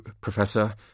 Professor